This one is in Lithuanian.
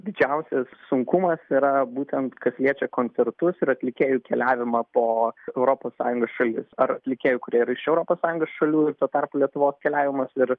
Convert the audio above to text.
didžiausias sunkumas yra būtent kas liečia koncertus ir atlikėjų keliavimą po europos sąjungos šalis ar atlikėjų kurie yra iš europos sąjungos šalių ir tuo tarpu lietuvos keliavimas ir